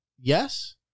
Yes